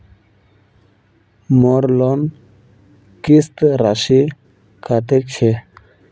मोर लोन किस्त राशि कतेक छे?